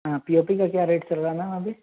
हाँ P O P क्या rate चल रहा है मैम अभी